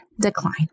decline